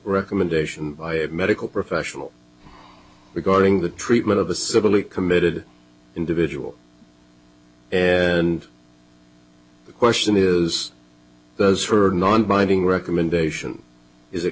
recommendation by a medical professional regarding the treatment of a silly committed individual and the question is does for non binding recommendation is it